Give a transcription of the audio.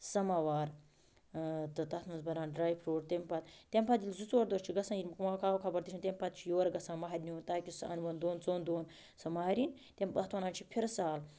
سَماوار تہٕ تَتھ منٛز بران ڈرٛاے فروٗٹ تٔمۍ پَتہٕ تٔمۍ پَتہٕ ییٚلہِ زٕ ژور دۄہ چھِ گژھان کَہٕوٕ خبر تہِ چھِ تٔمۍ پَتہٕ چھِ یورٕ گژھان مَہرِنہِ ہُند تاکہِ سٔہ اَنٛنٕہ وُن دۄن ژوٚن دۄہَن سۄ مَہرٕنۍ تٔمۍ اَتھ وَنان چھِ فِرٕ سال